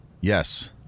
Yes